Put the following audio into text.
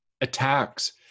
attacks